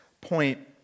point